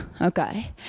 Okay